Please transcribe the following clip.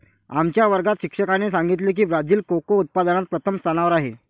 आमच्या वर्गात शिक्षकाने सांगितले की ब्राझील कोको उत्पादनात प्रथम स्थानावर आहे